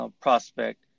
prospect